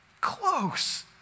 close